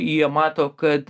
jie mato kad